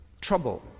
trouble